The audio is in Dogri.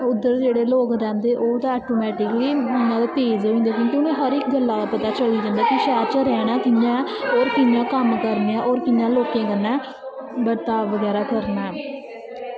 उध्गदर जेह्ड़े लोग रैंह्दे उद्दर ते ऐटोमैटिकली होई जंदे क्योंकि उ'नेंगी हर इक गल्ला दा पता सोचदे कि सैह्र च रैह्नां कियां ऐं और कियां कम्म करनें ऐं और कियां लोकें कन्नैं बरताव बगैरा करनां ऐं